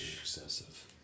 Excessive